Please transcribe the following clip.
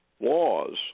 laws